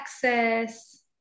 Texas